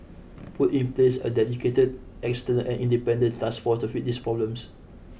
put in place a dedicated external and independent task force to fix these problems